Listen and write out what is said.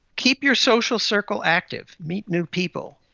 keep your social circle active meet new people.